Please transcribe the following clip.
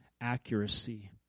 accuracy